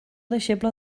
deixeble